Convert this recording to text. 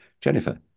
Jennifer